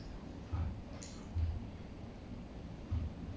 ya I think I can find it um